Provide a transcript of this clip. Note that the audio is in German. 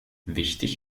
wichtig